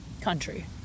Country